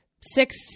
Six